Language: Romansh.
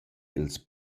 ils